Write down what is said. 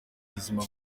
buzima